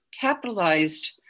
capitalized